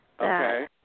Okay